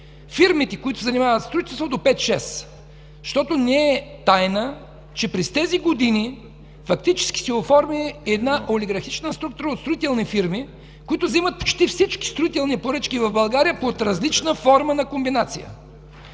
фирмите, които се занимават със строителство, до 5-6. Защото не е тайна, че през тези години фактически се оформи една олигархична структура от строителни фирми, които вземат почти всички строителни поръчки в България под различна форма на комбинация.